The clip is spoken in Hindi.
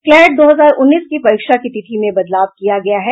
क्लेट दो हजार उन्नीस की परीक्षा की तिथि में बदलाव किया गया है